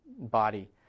body